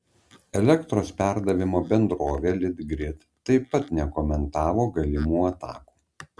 elektros perdavimo bendrovė litgrid taip pat nekomentavo galimų atakų